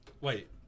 Wait